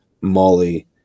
Molly